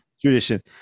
tradition